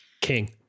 King